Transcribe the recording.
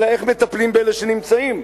אלא איך מטפלים באלה שנמצאים.